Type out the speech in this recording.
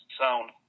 sound